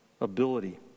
ability